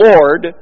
Lord